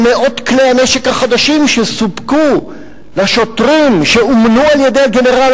מאות כלי הנשק החדשים שסופקו לשוטרים שאומנו על-ידי הגנרל